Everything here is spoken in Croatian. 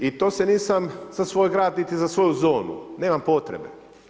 I to se nisam za svoj grad niti za svoju zonu, nemam potrebe.